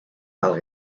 pel